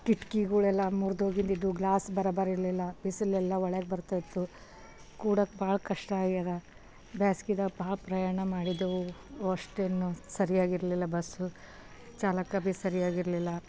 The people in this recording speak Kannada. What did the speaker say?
ಕಿಟಕಿಗಳೆಲ್ಲ ಮುರಿದೋಗಿದ್ದಿದ್ದು ಗ್ಲಾಸ್ ಬರೋಬ್ಬರಿರ್ಲಿಲ್ಲ ಬಿಸಿಲೆಲ್ಲ ಒಳಗೆ ಬರ್ತಾಯಿತ್ತು ಕೂಡೋಕೆ ಭಾಳ ಕಷ್ಟ ಆಗ್ಯದ ಬೇಸಿಗೆದಾಗ ಭಾಳ ಪ್ರಯಾಣ ಮಾಡಿದ್ದೆವು ಅಷ್ಟೇನೂ ಸರಿಯಾಗಿರಲಿಲ್ಲ ಬಸ್ಸು ಚಾಲಕ ಭೀ ಸರಿಯಾಗಿರಲಿಲ್ಲ